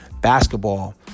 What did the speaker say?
basketball